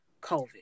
covid